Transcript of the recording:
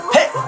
Hey